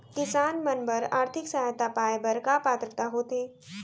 किसान मन बर आर्थिक सहायता पाय बर का पात्रता होथे?